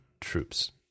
troops